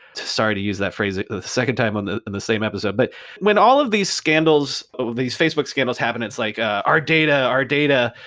sorry to use that phrase the second time on the and the same episode, but when all of these scandals, these facebook scandals happen it's like, our data, our data,